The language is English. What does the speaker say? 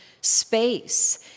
space